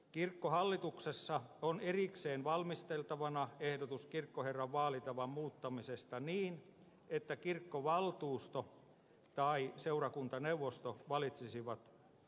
kirkkohallituksessa on erikseen valmisteltavana ehdotus kirkkoherranvaalin vaalitavan muuttamisesta niin että kirkkovaltuusto tai seurakuntaneuvosto valitsisivat kirkkoherran